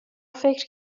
فکر